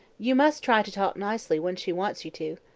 you must try to talk nicely when she wants you to.